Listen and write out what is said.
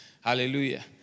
Hallelujah